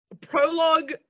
prologue